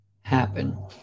happen